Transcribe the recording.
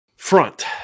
Front